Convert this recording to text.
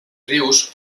rius